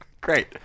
Great